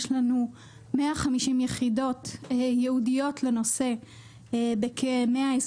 יש לנו 150 יחידות ייעודיות לנושא בכ-120